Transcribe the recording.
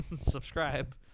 Subscribe